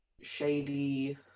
shady